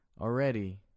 already